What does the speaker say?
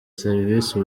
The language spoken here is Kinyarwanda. serivisi